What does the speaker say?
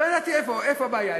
לא ידעתי איפה הבעיה.